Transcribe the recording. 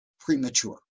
premature